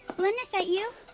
blynn, is that you?